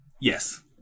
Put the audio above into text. Yes